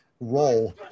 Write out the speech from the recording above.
role